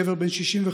גבר בן 65,